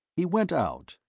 he went out,